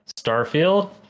Starfield